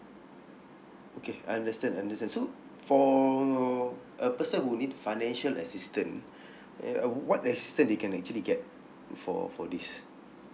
okay I understand understand so for a person who need financial assistant uh what assistance they can actually get for for this